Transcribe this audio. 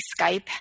Skype